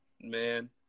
man